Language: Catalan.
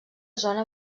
zona